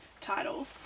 title